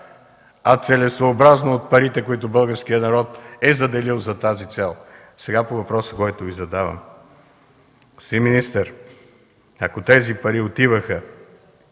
а целесъобразно от парите, които българският народ е заделил за тази цел. Сега по въпроса, който Ви задавам. Господин министър, ако тези пари отиваха